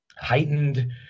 heightened